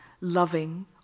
loving